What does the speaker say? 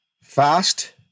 fast